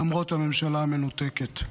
למרות הממשלה המנותקת.